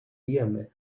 jemy